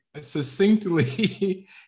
succinctly